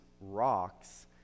rocks